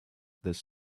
this